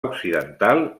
occidental